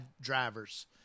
drivers